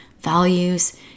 Values